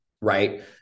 right